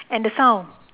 and the sound